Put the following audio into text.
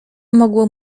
mogło